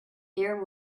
there